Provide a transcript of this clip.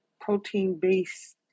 protein-based